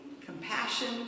compassion